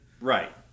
Right